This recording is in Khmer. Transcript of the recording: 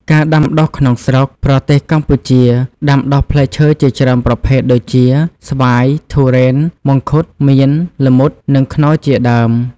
ការដាំដុះក្នុងស្រុក ប្រទេសកម្ពុជាដាំដុះផ្លែឈើជាច្រើនប្រភេទដូចជា ស្វាយ ធូរ៉េន មង្ឃុត មៀន ល្មុត និង ខ្នុរ ជាដើម។